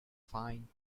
fine